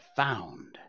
found